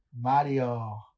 Mario